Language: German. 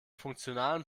funktionalen